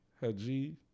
Haji